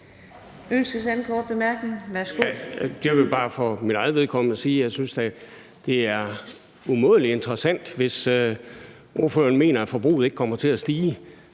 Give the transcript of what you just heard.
Preben Bang Henriksen (V): Jeg vil bare for mit eget vedkommende sige, at jeg synes, det er umådelig interessant, hvis ordføreren mener, at forbruget ikke kommer til at stige,